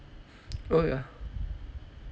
oh ya